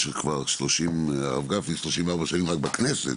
הרב גפני 34 שנים רק בכנסת